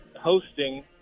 hosting